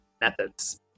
methods